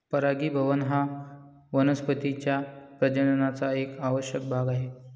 परागीभवन हा वनस्पतीं च्या प्रजननाचा एक आवश्यक भाग आहे